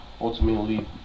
ultimately